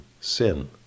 sin